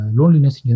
loneliness